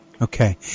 okay